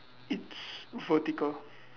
it's vertical